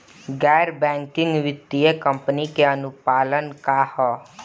गैर बैंकिंग वित्तीय कंपनी के अनुपालन का ह?